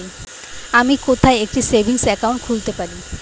আমি কোথায় একটি সেভিংস অ্যাকাউন্ট খুলতে পারি?